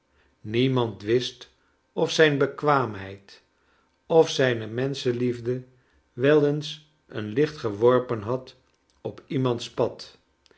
niemand wist of zijn bekwaamheid of zijne menschenliefde wel eens een licht geworpen had op iemands pad